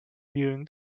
viewing